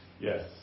yes